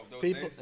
People